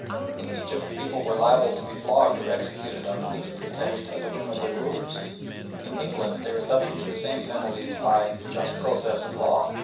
in egypt the people were liable to be flogged or executed on the least pretext at the whim of their rulers in england they were subject to the same penalties by just process of law,